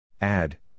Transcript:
Add